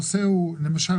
למשל,